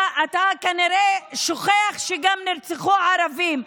אתה כנראה שוכח שנרצחו גם ערבים.